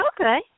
Okay